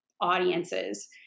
audiences